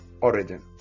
origin